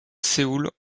séoul